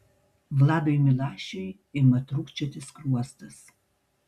vladui milašiui ima trūkčioti skruostas